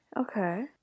Okay